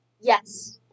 Yes